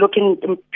looking